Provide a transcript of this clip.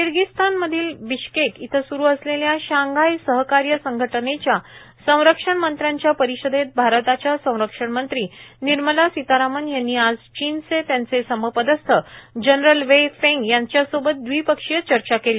किर्गीस्तान मधील बिश्केक इथं स्रु असलेल्या शांघाय सहकार्य संघटनेच्या संरक्षण मंत्र्यांच्या परिषदेत भारताच्या संरक्षणमंत्री निर्मला सीतारामण यांनी आज चीनचे त्यांचे समपदस्थ जनरल वे फेंग यांचा सोबत दविपक्षीय चर्चा केली